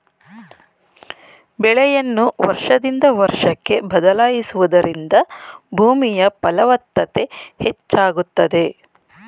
ಬೆಳೆಯನ್ನು ವರ್ಷದಿಂದ ವರ್ಷಕ್ಕೆ ಬದಲಾಯಿಸುವುದರಿಂದ ಭೂಮಿಯ ಫಲವತ್ತತೆ ಹೆಚ್ಚಾಗುತ್ತದೆ